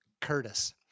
Curtis